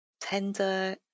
tender